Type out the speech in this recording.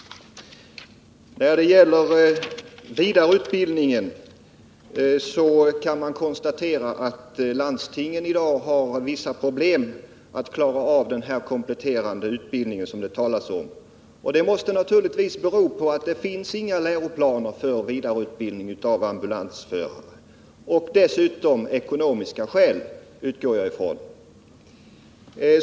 När det gäller vidareutbildningen av ambulansförare kan konstateras att landstingen i dag har vissa problem med att klara av den kompletterande utbildning som det här talas om. Jag utgår ifrån att det beror på att det inte finns några läroplaner för vidareutbildningen av ambulansförare. Härtill kommer sannolikt ekonomiska skäl.